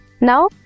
Now